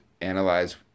analyze